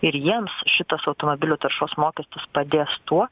ir jiems šitas automobilių taršos mokestis padės tuo